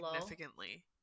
significantly